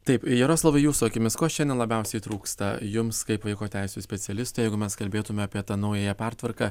taip jaroslavai jūsų akimis ko šiandien labiausiai trūksta jums kaip vaiko teisių specialistui jeigu mes kalbėtume apie tą naująją pertvarką